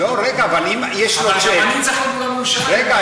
אבל גם אני צריך להיות באולם "ירושלים" רגע,